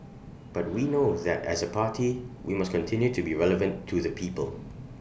but we know that as A party we must continue to be relevant to the people